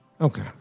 Okay